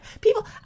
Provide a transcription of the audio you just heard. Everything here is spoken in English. people